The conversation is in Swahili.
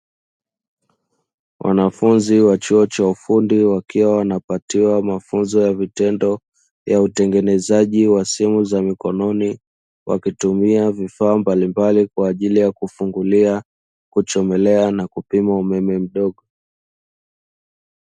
Wanafunzi wa chuo cha ufundi wakiwa wanapatiwa mafunzo ya vitendo ya utengenezaji wa simu za mikononi, wakitumia vifaa mbalimbali kwajili ya kufungulia, kuchomelea na kupima umeme mdogo.